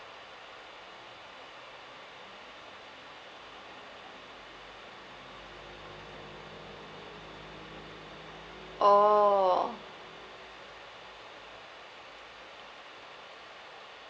oh